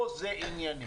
לא זה ענייני.